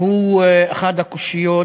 הוא אחת הקושיות